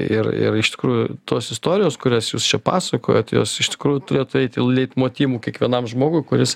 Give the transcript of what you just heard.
ir ir iš tikrųjų tos istorijos kurias jūs čia pasakojot jos iš tikrųjų turėtų eit leitmotyvų kiekvienam žmogui kuris